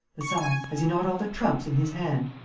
besides, has he not all the trumps in his hand?